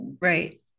Right